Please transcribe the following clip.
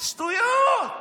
שטויות.